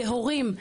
להורים.